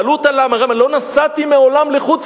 שאלו אותה למה והיא אמרה: לא נסעתי מעולם לחוץ-לארץ.